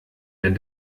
denn